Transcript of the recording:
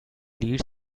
lead